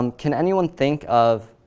um can anyone think of